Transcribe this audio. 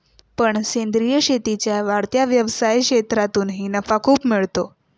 पण सेंद्रीय शेतीच्या वाढत्या व्यवसाय क्षेत्रातूनही नफा खूप मिळतो